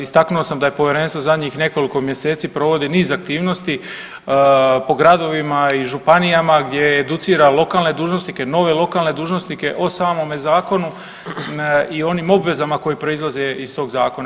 Istako sam da je povjerenstvo zadnjih nekoliko mjeseci provodi niz aktivnosti po gradovima i županijama gdje educira lokalne dužnosnike, nove lokalne dužnosnike o samome zakonu i onim obvezama koje proizlaze iz tog zakona.